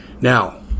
Now